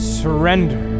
surrender